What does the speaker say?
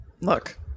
Look